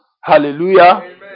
Hallelujah